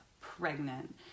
Pregnant